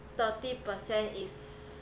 thirty percent is